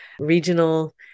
regional